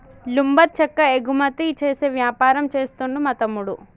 lumber చెక్క ఎగుమతి చేసే వ్యాపారం చేస్తుండు మా తమ్ముడు